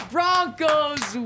Broncos